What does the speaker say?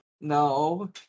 No